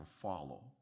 follow